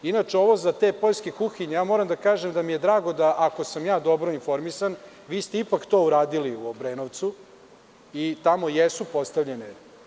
Inače, ovo za te poljske kuhinje, moram da kažem da mi je draga da, ako sam ja dobro informisan, vi ste ipak to uradili u Obrenovcu i tamo jesu postavljene.